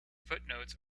footnotes